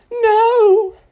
No